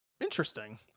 Interesting